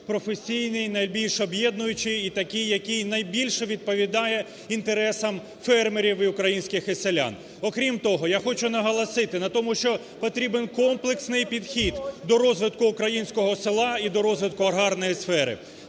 професійний, найбільш об'єднуючий і такий, який найбільше відповідає інтересам фермерів українських і селян. Окрім того, я хочу наголосити на тому, що потрібен комплексний підхід до розвитку українського села і до розвитку аграрної сфери.